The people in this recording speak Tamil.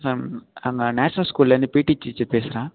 மேம் ஆ நான் நேஷ்னல் ஸ்கூல்லேருந்து பிடி டீச்சர் பேசுகிறேன்